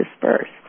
dispersed